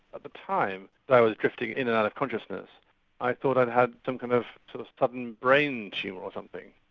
at the time that i was drifting in and out of consciousness i thought i'd had some kind of sort of sudden brain tumour or something.